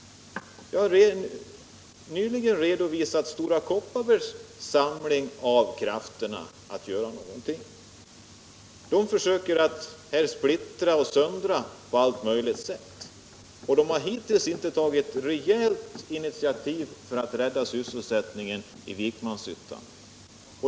Jag har nyligen redovisat Stora Kopparbergs samling Om åtgärder för att av krafterna för att göra någonting. De försöker att splittra och söndra — säkra sysselsättpå alla möjliga sätt och har hittills inte tagit något rejält initiativ för — ningen inom att rädda sysselsättningen i Vikmanshyttan.